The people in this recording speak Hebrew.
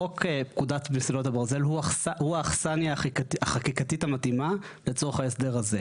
חוק פקודת מסילות הברזל הוא האכסנייה החקיקתית המתאימה לצורך ההסדר הזה.